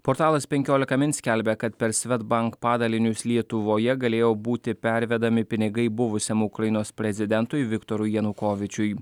portalas penkiolika min skelbia kad per svedbank padalinius lietuvoje galėjo būti pervedami pinigai buvusiam ukrainos prezidentui viktorui janukovyčiui